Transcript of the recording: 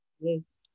yes